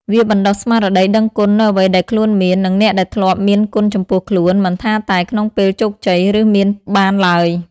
វាបណ្តុះស្មារតីដឹងគុណនូវអ្វីដែលខ្លួនមាន និងអ្នកដែលធ្លាប់មានគុណចំពោះខ្លួន មិនថាតែក្នុងពេលជោគជ័យ ឬមានបានឡើយ។